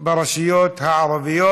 ברשויות הערביות,